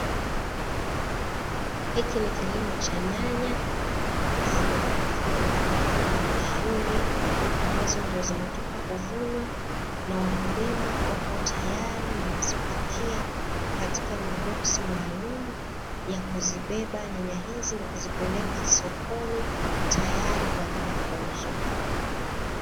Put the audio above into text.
Hiki ni kilimo cha nyanya, zinaonekana na muonekano mzuri ambazo ndio zimetoka kuvunwa, na wakulima wako tayari wanazipakia katika maboksi maalumu ya kuzibeba nyanya hizi na kuzipeleka sokoni, tayari kwa ajili ya kuuzwa.